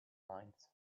minds